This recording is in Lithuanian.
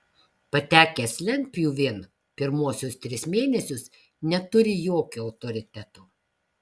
patekęs lentpjūvėn pirmuosius tris mėnesius neturi jokio autoriteto